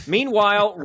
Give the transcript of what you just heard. Meanwhile